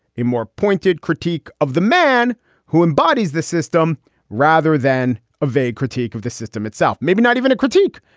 a more pointed critique of the man who embodies the system rather than a vague critique of the system itself. maybe not even a critique.